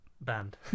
band